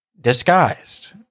disguised